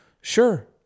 Sure